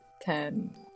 ten